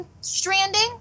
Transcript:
Stranding